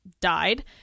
died